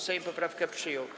Sejm poprawkę przyjął.